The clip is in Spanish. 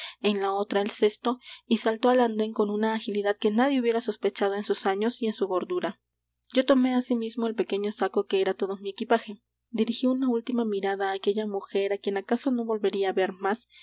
en la otra el cesto y saltó al andén con una agilidad que nadie hubiera sospechado en sus años y en su gordura yo tomé asimismo el pequeño saco que era todo mi equipaje dirigí una última mirada á aquella mujer á quien acaso no volvería á ver más